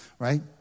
Right